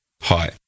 Hi